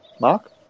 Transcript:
Mark